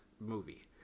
movie